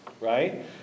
right